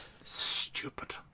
Stupid